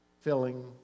filling